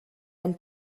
ein